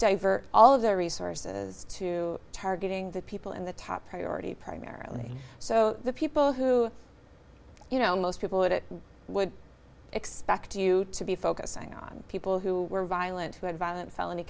divert all of their resources to targeting the people in the top priority primarily so the people who you know most people would it would expect you to be focusing on people who were violent who had violent felony